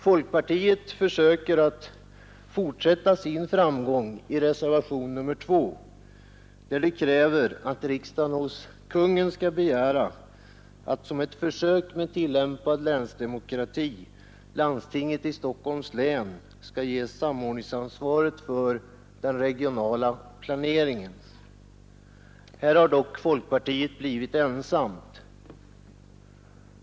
Folkpartiet försöker att fortsätta sin framgång i reservationen 2, vari folkpartiet kräver att riksdagen hos Kungl. Maj:t skall begära ”att, som ett försök med tillämpad länsdemokrati, landstinget i Stockholms län ges samordningsansvaret för den regionala planeringen”. Här har dock folkpartiet blivit ensamt.